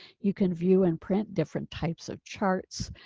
you can view and print different types of charts,